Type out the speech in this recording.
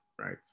right